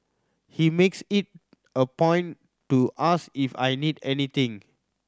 he makes it a point to ask if I need anything